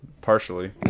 partially